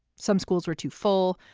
some schools were too full.